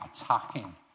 attacking